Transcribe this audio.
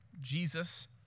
Jesus